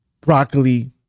broccoli